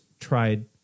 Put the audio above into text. tried